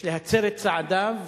יש להצר את צעדיו